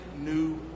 new